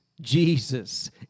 Jesus